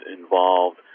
involved